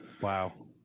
Wow